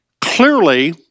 Clearly